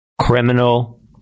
Criminal